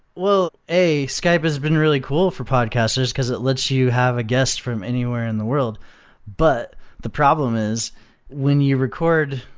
a skype has been really cool for podcasters because it lets you have a guest from anywhere in the world but the problem is when you record,